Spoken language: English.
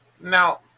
Now